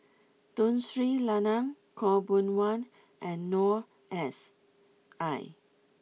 Tun Sri Lanang Khaw Boon Wan and Noor S I